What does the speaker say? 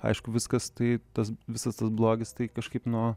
aišku viskas tai tas visas blogis tai kažkaip nuo